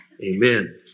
amen